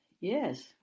yes